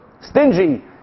stingy